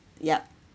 yup